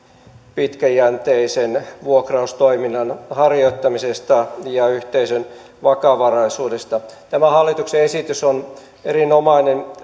pitkäjänteisen vuokraustoiminnan harjoittamisesta ja yhteisön vakavaraisuudesta tämä hallituksen esitys on erinomainen